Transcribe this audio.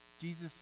Jesus